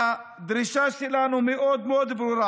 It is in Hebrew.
הדרישה שלנו מאוד מאוד ברורה: